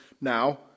Now